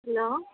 hello